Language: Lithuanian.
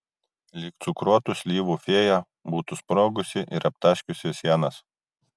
lyg cukruotų slyvų fėja būtų sprogusi ir aptaškiusi sienas